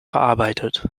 verarbeitet